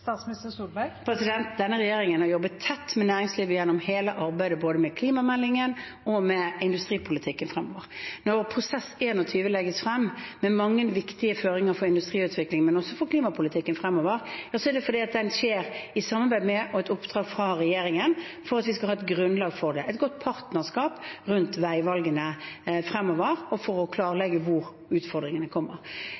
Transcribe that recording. Denne regjeringen har jobbet tett med næringslivet gjennom hele arbeidet med både klimameldingen og industripolitikken fremover. Når Prosess21 legges frem, med mange viktige føringer for industriutvikling og også for klimapolitikken fremover, er det fordi det skjer i samarbeid med og etter oppdrag fra regjeringen – for at vi skal ha et grunnlag for det, for et godt partnerskap rundt veivalgene fremover og for å